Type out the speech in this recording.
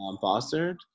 fostered